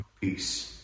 peace